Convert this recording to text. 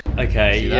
okay, yeah,